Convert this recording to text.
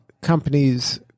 companies